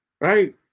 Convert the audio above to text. right